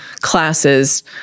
classes